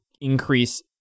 increase